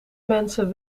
mensen